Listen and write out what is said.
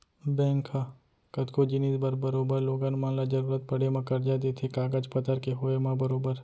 bank ह कतको जिनिस बर बरोबर लोगन मन ल जरुरत पड़े म करजा देथे कागज पतर के होय म बरोबर